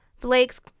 Blake's